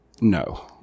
no